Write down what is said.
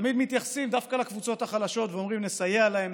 שתמיד מתייחסים דווקא לקבוצות החלשות ואומרים: נסייע להם,